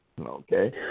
Okay